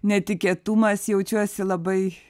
netikėtumas jaučiuosi labai